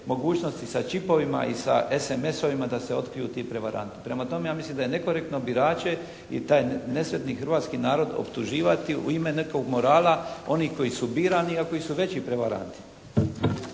mogućnosti sa čipovima i sa SMS-ovima da se otkriju ti prevaranti. Prema tome ja mislim da je nekorektno birače i taj nesretni hrvatski narod optuživati u ime nekog morala onih koji su birani, a koji su veći prevaranti.